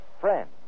Friend